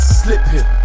slipping